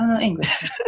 English